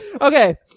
Okay